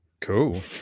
Cool